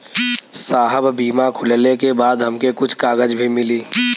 साहब बीमा खुलले के बाद हमके कुछ कागज भी मिली?